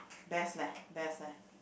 best leh best leh